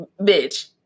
bitch